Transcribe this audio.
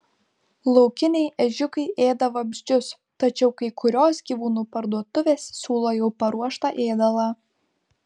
laukiniai ežiukai ėda vabzdžius tačiau kai kurios gyvūnų parduotuvės siūlo jau paruoštą ėdalą